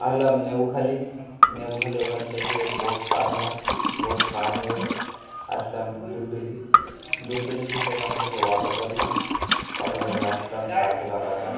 আসলাম নেবুখালি নেবুখালি ওখান থেকে বোট পার হলাম বোট পার হয়ে আসলাম দুলদেলি দুলদেলি থেকে ওখান থেকে অটো করলাম অটো করে আসলাম তালতলা বাজার